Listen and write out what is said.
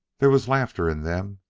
there was laughter in them,